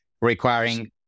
requiring